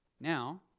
Now